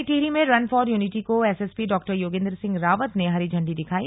नई टिहरी में run for unity को एसएसपी डा योगेंद्र सिंह रावत ने हरी झंडी दिखायी